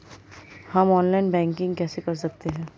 हम online banking कैसे कर सकते हैं?